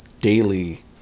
daily